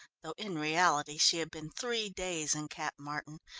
though in reality she had been three days in cap martin,